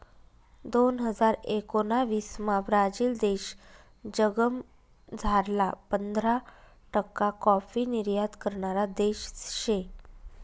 दोन हजार एकोणाविसमा ब्राझील देश जगमझारला पंधरा टक्का काॅफी निर्यात करणारा देश शे